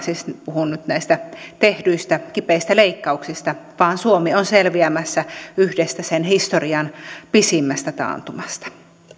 puhun nyt näistä tehdyistä kipeistä leikkauksista vaan suomi on selviämässä yhdestä sen historian pisimmästä taantumasta